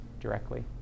directly